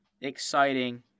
exciting